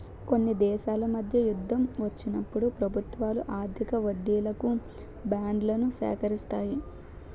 కొన్ని దేశాల మధ్య యుద్ధం వచ్చినప్పుడు ప్రభుత్వాలు అధిక వడ్డీలకు బాండ్లను సేకరిస్తాయి